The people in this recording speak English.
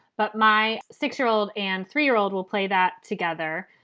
but my six year old and three year old will play that together.